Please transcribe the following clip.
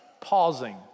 pausing